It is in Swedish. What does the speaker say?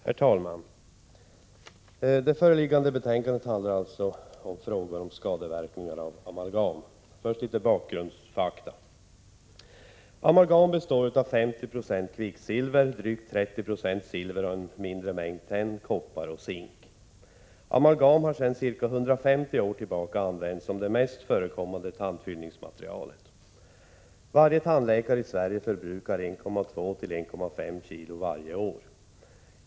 Herr talman! Föreliggande betänkande handlar alltså om skadeverkningar av amalgam. Först litet bakgrundsfakta. Amalgam består av 50 96 kvicksilver, drygt 30 20 silver och mindre mängder tenn, koppar och zink. Amalgam har sedan ca 150 år tillbaka använts som det mest förekommande tandfyllningsmaterialet. Varje tandläkare i Sverige förbrukar 1,2-1,5 kg varje år.